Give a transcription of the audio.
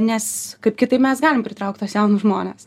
nes kaip kitaip mes galim pritraukt tuos jaunus žmones